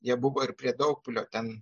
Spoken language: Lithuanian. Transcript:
jie buvo ir prie daugpilio ten